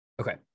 Okay